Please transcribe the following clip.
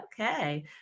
Okay